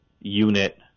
unit